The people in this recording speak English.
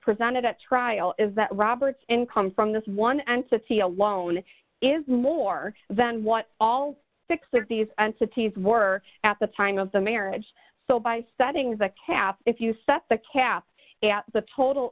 presented at trial is that robert's income from this one entity alone is more than what all six of these entities were at the time of the marriage so by studying that path if you set the cap the total